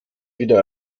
wieder